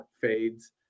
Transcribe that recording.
fades